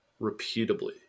repeatably